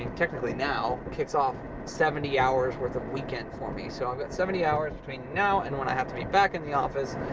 technically, now kicks off seventy hours worth of weekend for me. so, i've got seventy hours between now and when i have to be back in the office,